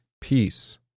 Peace